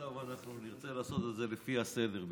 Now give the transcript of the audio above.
עכשיו אנחנו נרצה לעשות את זה לפי הסדר,